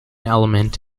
element